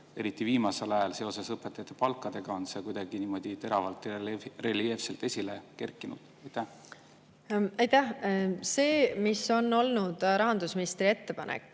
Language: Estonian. Eriti viimasel ajal seoses õpetajate palkadega on see niimoodi teravalt ja reljeefselt esile kerkinud. Aitäh! See on olnud rahandusministri ettepanek